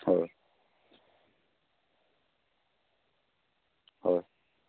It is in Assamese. হয় হয়